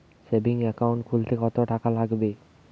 Savings account খুলতে কতটাকা লাগবে?